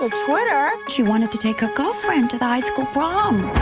ah but she wanted to take a call saying to the high school prom.